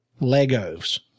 Legos